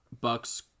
Bucks